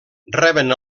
reben